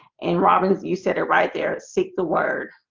and robbins. you said it right there seek the word